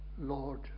Lord